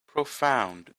profound